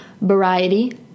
Variety